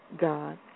God